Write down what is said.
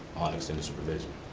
extended supervision.